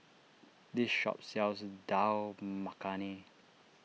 this shop sells Dal Makhani